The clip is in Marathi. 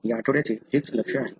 या आठवड्याचे हेच लक्ष आहे